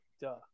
duh